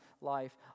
life